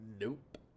Nope